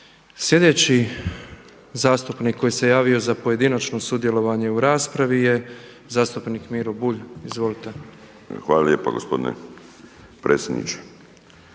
Slijedeći zastupnik koji se javio za pojedinačno sudjelovanje u raspravi je zastupnik Miro Bulj. Izvolite. **Bulj, Miro